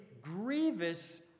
grievous